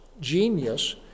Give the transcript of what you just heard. genius